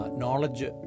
knowledge